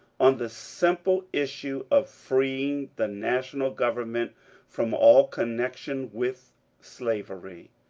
on the simple issue of freeing the national government from all connection with slavery.